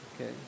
okay